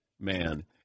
man